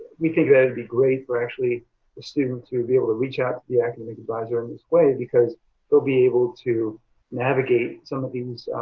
we think that would be great for actually the student to be able to reach out to the academic advisor in this way because they'll be able to navigate some of these